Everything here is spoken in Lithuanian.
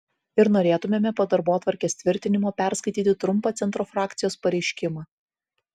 ir norėtumėme po darbotvarkės tvirtinimo perskaityti trumpą centro frakcijos pareiškimą